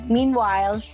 Meanwhile